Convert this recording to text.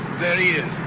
there he